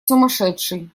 сумасшедший